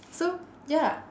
so ya